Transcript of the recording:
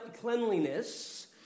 cleanliness